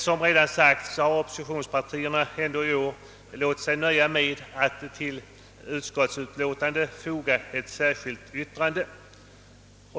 Som redan framhållits har oppositionspartierna likväl i år låtit sig nöja med att till utskottsutlåtandet foga ett särskilt yttrande.